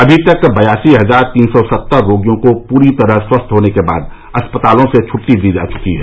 अमी तक बयासी हजार तीन सौ सत्तर रोगियों को पूरी तरह स्वस्थ होने के बाद अस्पतालों से छुट्टी दी जा चुकी है